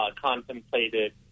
contemplated